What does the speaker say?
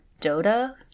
Dota